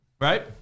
right